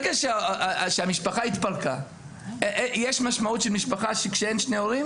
יש משמעות של משפחה כשאין שני הורים?